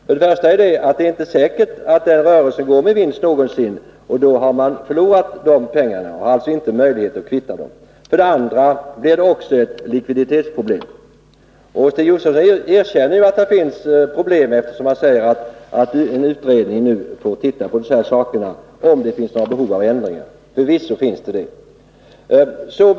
För det första är det inte säkert att den nya rörelsen någonsin går med vinst. Då har man förlorat de pengar man satsat. Man har alltså inte möjlighet att kvitta dem. För det andra uppstår ett likviditetsproblem. Stig Josefson erkänner att det finns problem. Han säger nämligen att en utredning får se över de här sakerna och undersöka om det finns något behov av ändringar — förvisso finns ett sådant behov.